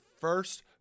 first